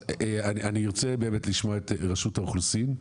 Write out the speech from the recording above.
אני ארצה לשמוע את רשות האוכלוסין,